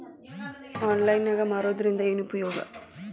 Online ನಾಗ್ ಮಾರೋದ್ರಿಂದ ಏನು ಉಪಯೋಗ?